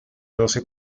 doce